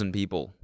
people